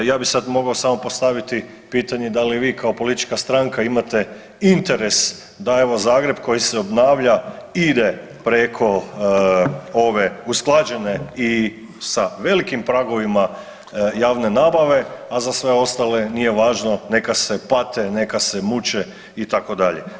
Ja bih sad mogao samo postaviti pitanje da li vi kao politička stranka imate interes da evo Zagreb koji se obnavlja ide preko ove usklađene i sa velikim pragovima javne nabave, a za sve ostale nije važno, neka se pate, neka se muče itd.